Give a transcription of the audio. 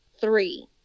three